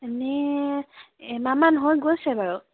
এনেই এমাহমান হৈ গৈছে বাৰু